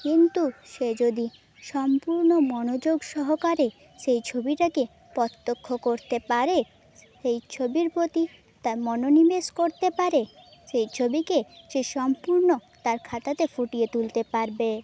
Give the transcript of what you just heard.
কিন্তু সে যদি সম্পূর্ণ মনোযোগ সহকারে সেই ছবিটাকে প্রত্যক্ষ করতে পারে সেই ছবির প্রতি তা মনোনিবেশ করতে পারে সেই ছবিকে সে সম্পূর্ণ তার খাতাতে ফুটিয়ে তুলতে পারবে